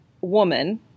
woman